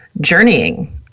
journeying